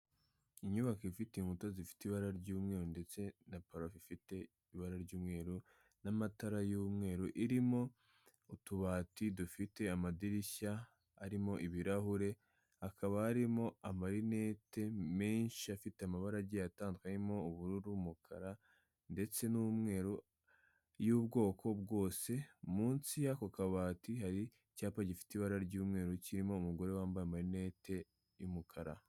Inyubako ifite inkuta zifite ibara ry'umweru ndetse na parafo ifite ibara ry'umweru n'amatara y'umweru, irimo utubati dufite amadirishya arimo ibirahure, hakaba harimo amarinete menshi afite amabara agiye atandukanye, harimo ubururu, umukara ndetse n'umweru y'ubwoko bwose, munsi y'ako kabati hari icyapa gifite ibara ry'umweru kirimo umugore wambaye amarinete y'umukara.